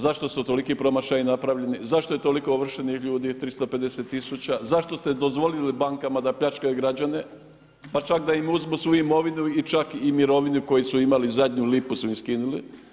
Zašto su toliki promašaji napravljeni, zašto je toliko ovršenih ljudi 350 tisuća, zašto ste dozvolili bankama da pljačkaju građane, pa čak da im uzmu svu imovinu i čak i mirovinu koju su imali zadnju lipu su im skinuli?